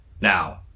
Now